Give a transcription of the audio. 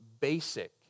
basic